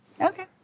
Okay